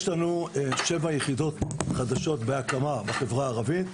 יש לנו עוד שבע יחידות חדשות בחברה הערבית,